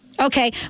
Okay